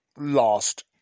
lost